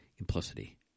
Implicity